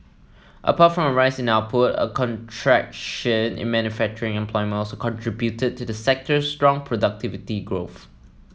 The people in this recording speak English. apart from a rise in output a contraction in manufacturing employment also contributed to the sector's strong productivity growth